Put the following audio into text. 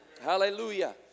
Hallelujah